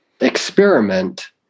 experiment